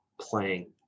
playing